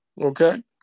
Okay